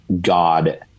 God